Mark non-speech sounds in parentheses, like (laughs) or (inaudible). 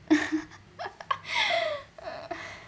(laughs)